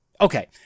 Okay